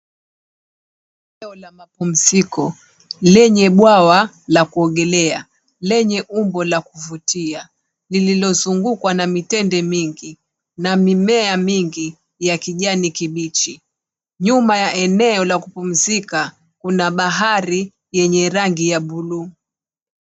Eneo la mapumziko lenye bwawa la kuogelea lenye umbo la kuvutia lililozungukwa na mitende mingi na mimea mingi ya kijani kibichi. Nyuma ya eneo la kupumzika kuna bahari lenye rangi ya blue .